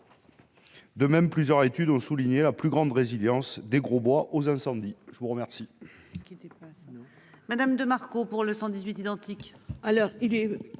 De même, plusieurs études ont souligné la plus grande résilience des Grosbois aux incendies. Je vous remercie.